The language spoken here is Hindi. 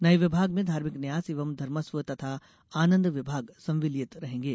नये विभाग में धार्मिक न्यास एवं धर्मस्व तथा आनंद विभाग संविलियित रहेंगे